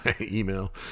email